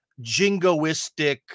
jingoistic